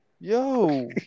Yo